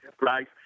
Right